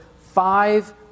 five